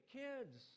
kids